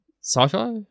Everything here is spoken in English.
Sci-fi